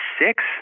six